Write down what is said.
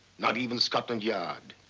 not even scotland yard.